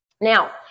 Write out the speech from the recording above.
Now